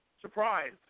surprise